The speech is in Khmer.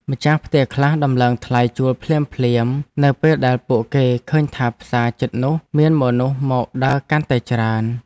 ម្ចាស់ផ្ទះខ្លះដំឡើងថ្លៃជួលភ្លាមៗនៅពេលដែលពួកគេឃើញថាផ្សារជិតនោះមានមនុស្សមកដើរកាន់តែច្រើន។